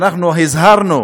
אנחנו הזהרנו